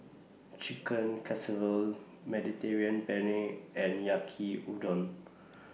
Chicken Casserole Mediterranean Penne and Yaki Udon